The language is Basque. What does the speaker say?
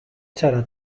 zara